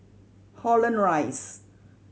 Holland Rise